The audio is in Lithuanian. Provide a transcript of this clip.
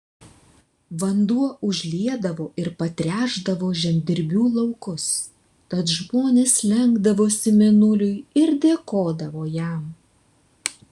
vanduo užliedavo ir patręšdavo žemdirbių laukus tad žmonės lenkdavosi mėnuliui ir dėkodavo jam